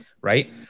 right